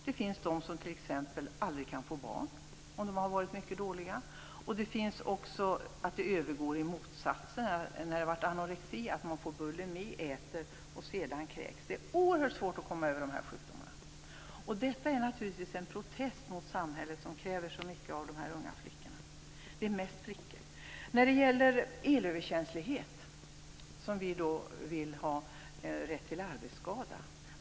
Det finns de som t.ex. aldrig kan få barn om de har varit mycket dåliga. Det kan övergå till motsatsen så att man får bulimi om man haft anorexi. Det är oerhört svårt att komma över de här sjukdomarna. Detta är naturligtvis en protest mot samhället som kräver så mycket av unga flickor - det är som sagt mest flickor. Elöverkänslighet vill vi skall ge rätt till arbetsskada.